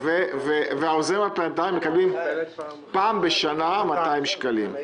העוזרים הפרלמנטריים מקבלים פעמיים בשנה 200 שקלים.